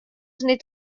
nid